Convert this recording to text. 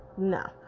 no